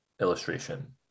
illustration